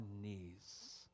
knees